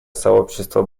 сообщество